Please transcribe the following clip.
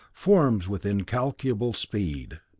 forms with incalculable speed.